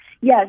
Yes